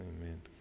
Amen